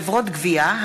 (חברות גבייה),